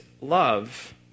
love